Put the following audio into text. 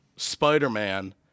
Spider-Man